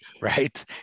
right